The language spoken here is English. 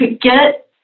get